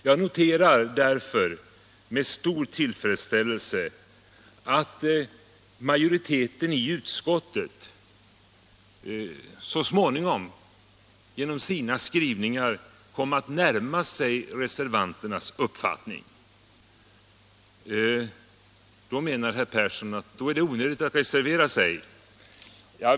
Jag noterar därför med tillfredsställelse att majoriteten i utskottet så småningom i sina skrivningar kom att närma sig reservanternas uppfattning. Då menar herr Persson att det är onödigt att reservera sig.